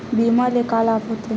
बीमा ले का लाभ होथे?